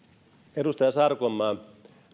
edustaja sarkomaa